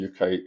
UK